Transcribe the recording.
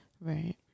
Right